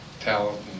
talent